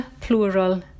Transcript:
plural